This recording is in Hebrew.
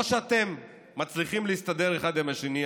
או שאתם מצליחים להסתדר אחד עם השני,